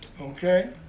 Okay